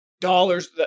dollars